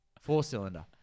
Four-cylinder